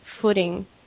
footing